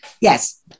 yes